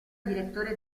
direttore